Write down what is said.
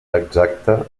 exacte